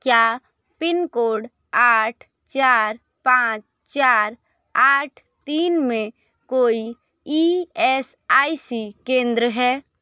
क्या पिनकोड आठ चार पाँच चार आठ तीन में कोई ई एस आई सी केंद्र हैं